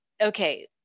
okay